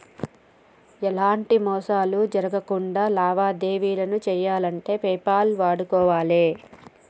ఎలాంటి మోసాలు జరక్కుండా లావాదేవీలను చెయ్యాలంటే పేపాల్ వాడుకోవాలే